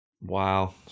Wow